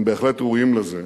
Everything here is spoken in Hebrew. הם בהחלט ראויים לזה.